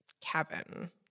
cabin